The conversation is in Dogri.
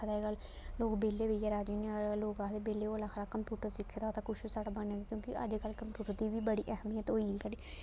पर अजकल्ल लोग बेह्ले बेहियै राजी निं अजकल्ल लोग आखदे बेह्ले कोला खरा कंप्यूटर सिक्खे दा होए ते कुछ साढ़ा बनग क्योंकि अजकल्ल कंप्यूटर दी बी बड़ी अहमियत होई दी